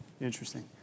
Interesting